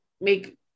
make